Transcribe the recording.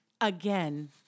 again